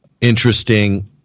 interesting